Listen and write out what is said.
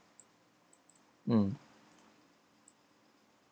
mm